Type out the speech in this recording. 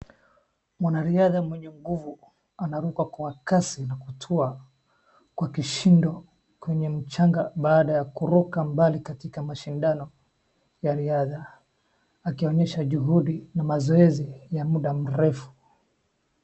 Mwanariadha mwenye nguvu anaruka kwa kasi na kutua kwa kishindo kwenye mchanga baada ya kuruka mbali katika mashindano ya riadha, akionyesha juhudi na mazoezi ya muda mrefu.